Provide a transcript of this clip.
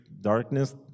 Darkness